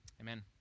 Amen